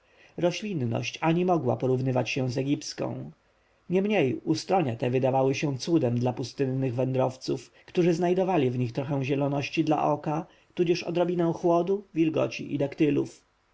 roślinność ani mogła porównywać się z egipską niemniej ustronia te wydawały się cudem dla pustynnych wędrowców którzy znajdowali w nich trochę zieloności dla oka tudzież odrobinę chłodu wilgoci i